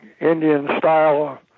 Indian-style